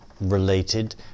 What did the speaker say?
related